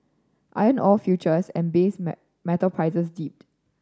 iron ore futures and base metal prices dipped